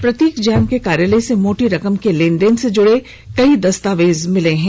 प्रतीक जैन के कार्यालय से मोटी रकम के लेन देन से जुड़े कई दस्तावेज मिले हैं